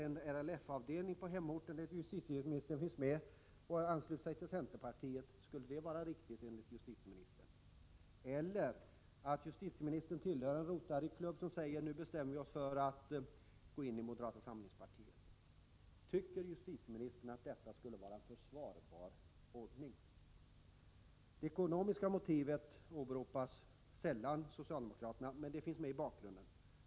Om en LRF-avdelning där justitieministern är medlem ansluter sig till centerpartiet, skulle det då vara riktigt? Om justitieministern tillhörde en Rotaryklubb där man bestämde sig för att gå in i moderata samlingspartiet, skulle då justitieministern tycka att detta var en försvarbar ordning? Det ekonomiska motivet åberopas sällan av socialdemokraterna, men det finns med i bakgrunden.